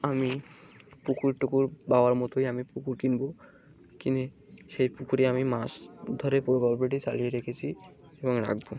আমি পুকুর টুকুর বাবারার মতোই আমি পুকুর কিনবো কিনে সেই পুকুরে আমি মাস ধরে পূর্বর বটি চালিয়ে রেখেছি এবং রাখবো